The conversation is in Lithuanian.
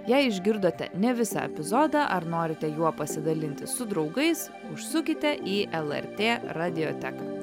jei išgirdote ne visą epizodą ar norite juo pasidalinti su draugais užsukite į lrt radioteką